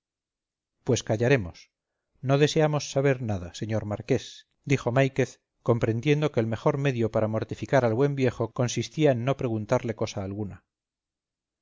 pues callaremos no deseamos saber nada señor marqués dijo máiquez comprendiendo que el mejor medio para mortificar al buen viejo consistía en no preguntarle cosa alguna